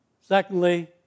Secondly